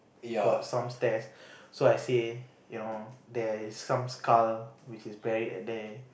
got some stairs so I say there is some skull which is buried at there